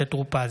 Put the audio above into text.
משה טור פז,